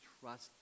trust